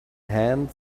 hand